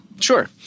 Sure